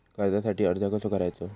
कर्जासाठी अर्ज कसो करायचो?